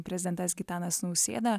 prezidentas gitanas nausėda